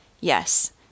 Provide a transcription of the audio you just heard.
Yes